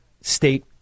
state